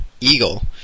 eagle